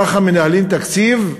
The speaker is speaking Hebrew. ככה מנהלים תקציב?